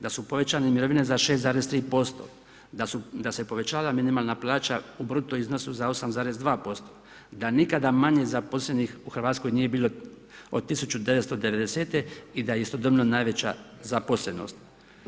Da su povećane mirovine za 6,3% da se povećala minimalna plaća u bruto iznosu za 8,2%, da nikada manje zaposlenih u Hrvatskoj nije bilo od 1990. i da je istodobno najveća zaposlenost.